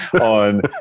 on